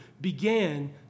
began